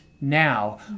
now